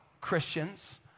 Christians